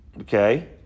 Okay